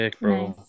Nice